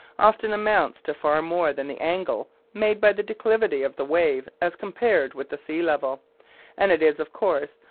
often amounts to far more than the angle made by the declivity of the wave as compared with the sea level and it is, of course,